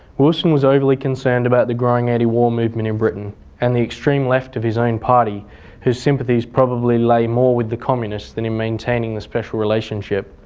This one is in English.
wilson was overly concerned about the growing anti-war movement in britain and the extreme left of his own party whose sympathies probably lay more with the communists than in maintaining the special relationship.